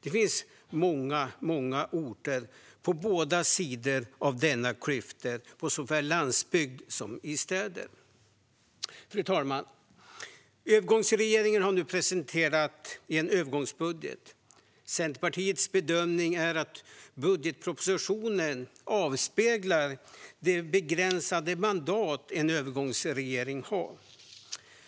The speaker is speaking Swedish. Det finns många orter på båda sidor av denna klyfta såväl på landsbygd som intill städer. Fru talman! Övergångsregeringen har nu presenterat en övergångsbudget. Centerpartiets bedömning är att budgetpropositionen avspeglar det begränsade mandat en övergångsregering har.